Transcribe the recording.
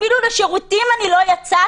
אפילו לשירותים אני לא יצאתי.